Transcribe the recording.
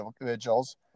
individuals